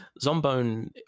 Zombone